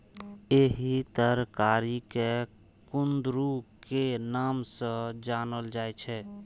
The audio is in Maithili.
एहि तरकारी कें कुंदरू के नाम सं जानल जाइ छै